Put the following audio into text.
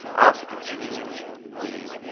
i also can change the